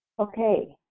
Okay